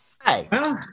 Hi